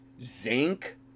Zinc